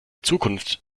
zukunft